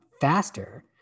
faster